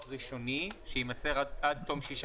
תראי,